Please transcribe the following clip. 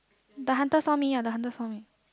the hunter saw me the hunter saw me